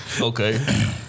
Okay